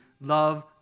love